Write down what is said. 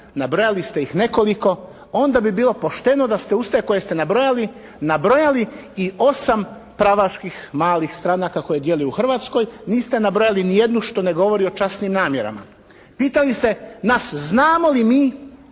Nabrajali ste ih nekoliko. Onda bi bilo pošteno da ste uz te koje se nabrojali nabrojali i 8 pravaških malih stranaka koje djeluju Hrvatskoj. Niste nabrojali ni jednu što ne govori o časnim namjerama. Pitali ste nas znamo li mi